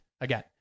Again